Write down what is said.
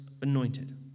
anointed